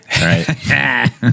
right